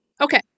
Okay